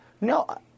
no